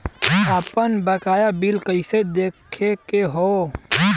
आपन बकाया बिल कइसे देखे के हौ?